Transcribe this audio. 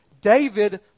David